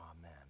Amen